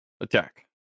Attack